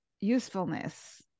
usefulness